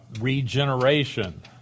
Regeneration